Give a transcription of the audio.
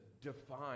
define